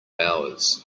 hours